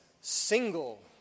single